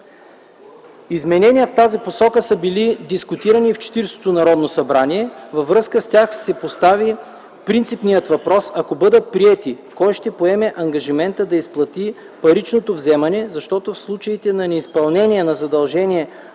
Изменения в тази посока са били дискутирани и в Четиридесетото Народно събрание. Във връзка с тях се поставя принципният въпрос, ако бъдат приети, кой ще поеме ангажимента да изплати паричното вземане, защото в случаите на неизпълнение на задължение